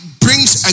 brings